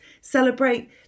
Celebrate